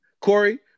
Corey